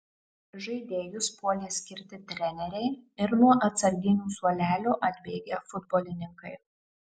žaidėjus puolė skirti treneriai ir nuo atsarginių suolelio atbėgę futbolininkai